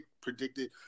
predicted